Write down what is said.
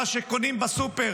מה שקונים בסופר,